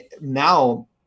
now